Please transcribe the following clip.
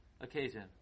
occasion